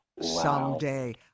someday